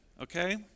Okay